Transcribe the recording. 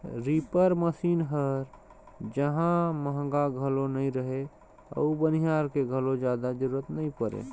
reaper machine हर जहां महंगा घलो नई रहें अउ बनिहार के घलो जादा जरूरत नई परे